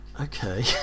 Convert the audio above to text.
okay